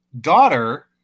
daughter